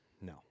No